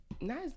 Nice